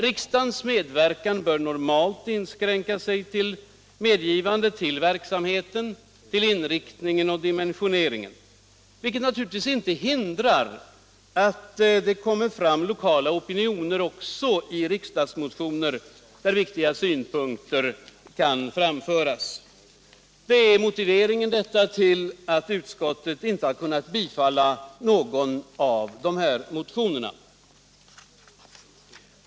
Riksdagens medverkan bör normalt inskränka sig till medgivande till verksamhet, inriktning och dimensionering — vilket naturligtvis inte hindrar att lokala opinioner kommer fram också i riksdagsmotioner, där viktiga synpunkter kan framföras. Detta är motiveringen till att utskottet inte har kunnat tillstyrka någon av de här motionerna.